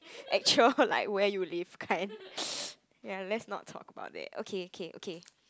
actual like where you live kind ya let's not talk about that okay okay okay